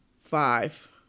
five